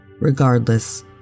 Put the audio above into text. Regardless